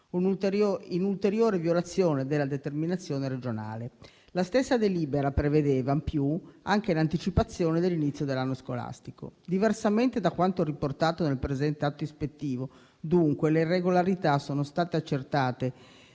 in ulteriore violazione della determinazione regionale. La stessa delibera prevedeva, in più, anche l'anticipazione dell'inizio dell'anno scolastico. Diversamente da quanto riportato nel presente atto ispettivo, dunque, le irregolarità sono state accertate